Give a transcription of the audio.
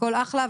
הכול אחלה,